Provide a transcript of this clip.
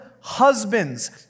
husbands